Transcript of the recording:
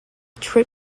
trip